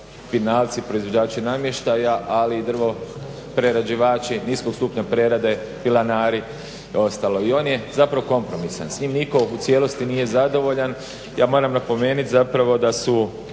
finalci proizvođači namještaja ali i drvoprerađivači niskog stupnja prerade, pilanari i ostalo i on je kompromisan. S tim nitko u cijelosti nije zadovoljan. Ja moram napomenuti da su